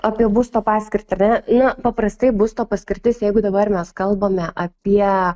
apie būsto paskirtį ar ne na paprastai būsto paskirtis jeigu dabar mes kalbame apie